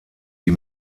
die